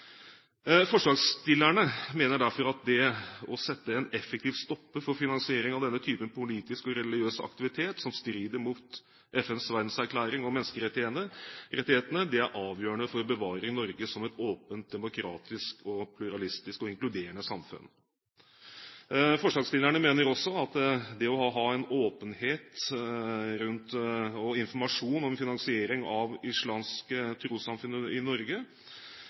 Forslagsstillerne mener derfor at det å sette en effektiv stopper for finansiering av denne type politisk og religiøs aktivitet som strider mot FNs verdenserklæring om menneskerettighetene, er avgjørende for å bevare Norge som et åpent, demokratisk, pluralistisk og inkluderende samfunn. Forslagsstillerne mener også at det å ha en åpenhet rundt og informasjon om finansiering av islamske trossamfunn i Norge